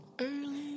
Early